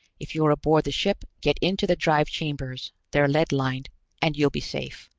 if you're aboard the ship, get into the drive chambers they're lead-lined and you'll be safe.